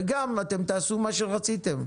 וגם אתם תעשו מה שרציתם,